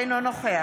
אינו נוכח